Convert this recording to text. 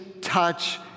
touch